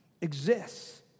exists